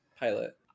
pilot